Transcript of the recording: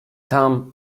tam